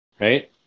right